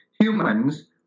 humans